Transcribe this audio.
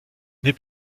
les